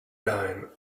dime